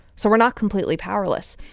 so we're not completely powerless.